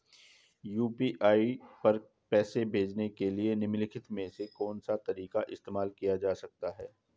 UPI पर पैसे भेजने के लिए निम्नलिखित में से कौन सा तरीका इस्तेमाल किया जा सकता है?